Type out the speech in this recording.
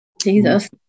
Jesus